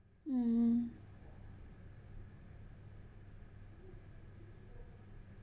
mm